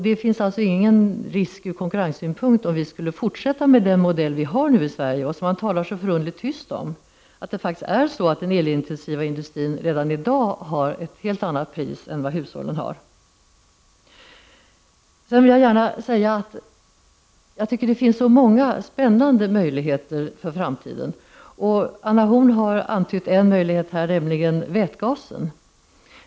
Det finns alltså ingen risk ur konkurrenssynpunkt om vi skulle fortsätta med den modell vi har nu i Sverige. Man talar så förunderligt tyst om att den elintensiva industrin redan i dag betalar ett helt annat pris än vad hushållen betalar. Det finns många spännande möjligheter inför framtiden. Anna Horn af Rantzien har antytt en möjlighet här, nämligen vätgasen.